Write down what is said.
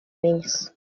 niños